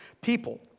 people